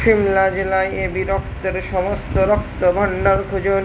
সিমলা জেলায় এবি রক্তের সমস্ত রক্তভাণ্ডার খুঁজুন